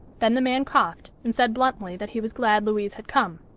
then the man coughed, and said bluntly that he was glad louise had come.